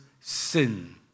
sin